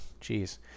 Jeez